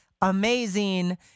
amazing